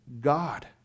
God